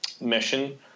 mission